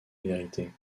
vérité